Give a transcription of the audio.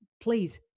please